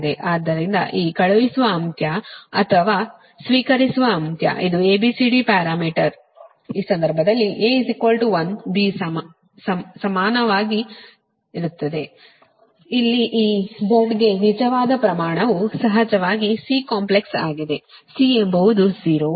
ಆದ್ದರಿಂದ ಈ ಕಳುಹಿಸುವ ಅಂತ್ಯ ಮತ್ತು ಸ್ವೀಕರಿಸುವ ಅಂತ್ಯ ಇದು A B C D parameter ಈ ಸಂದರ್ಭದಲ್ಲಿ ಇದು A 1 B ಸಹಜವಾಗಿ ಸಮಾನವಾಗಿರುತ್ತದೆ ಇಲ್ಲಿ ಈ Z ಗೆ ನಿಜವಾದ ಪ್ರಮಾಣವು ಸಹಜವಾಗಿ C ಕಾಂಪ್ಲೆಕ್ಸ್ ಆಗಿದೆ C ಎಂಬುದು 0 ಮತ್ತು D ಎಂಬುದು 1 ಆಗಿರುತ್ತದೆ